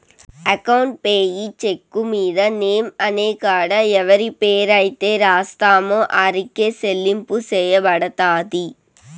account payee cheque మీద name అనే కాడ ఎవరి పేరైతే రాస్తామో ఆరికే సెల్లింపు సెయ్యబడతది